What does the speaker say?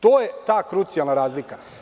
To je ta krucijalna razlika.